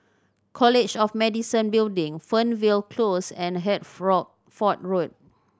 College of Medicine Building Fernvale Close and Road